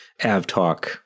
AvTalk